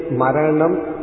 Maranam